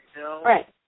Right